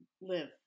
live